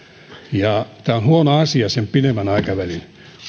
ja tämä on huono asia sen pidemmän aikavälin